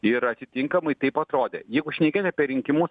ir atitinkamai taip atrodė jeigu šnekėt apie rinkimus